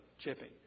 chipping